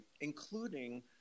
including